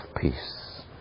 peace